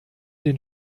den